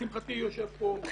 לשמחתי יושבים כאן תת-או,